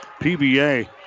PBA